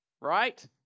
right